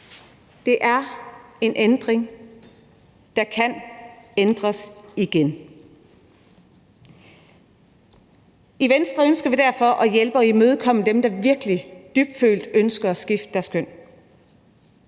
det er en ændring, der kan føres tilbage igen. I Venstre ønsker vi derfor at hjælpe og imødekomme dem, der virkelig dybtfølt ønsker at skifte deres køn,